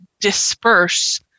disperse